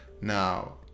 Now